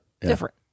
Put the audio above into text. Different